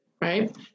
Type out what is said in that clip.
right